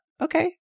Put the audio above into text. okay